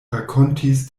rakontis